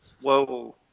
Whoa